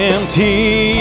Empty